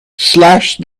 slash